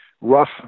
rough